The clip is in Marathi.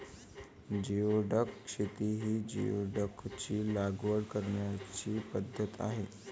जिओडॅक शेती ही जिओडॅकची लागवड करण्याची पद्धत आहे